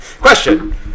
Question